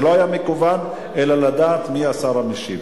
זה לא היה מכוון אלא לדעת מי השר המשיב.